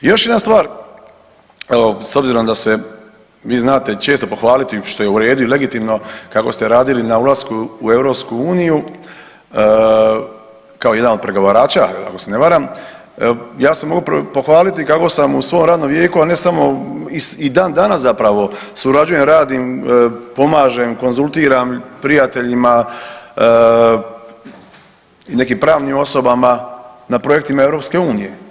I još jedna stvar s obzirom da se vi znate često pohvaliti što je u redu i legitimno kako ste radili na ulasku u EU kao jedan od pregovarača ako se ne varam, ja se mogu pohvaliti kako sam u svom radnom vijeku, a ne samo i dan danas zapravo surađujem, radim, pomažem, konzultiram prijateljima i nekim pravnim osobama na projektima EU.